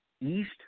east